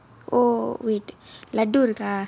oh wait laddoo இருக்கா:irukkaa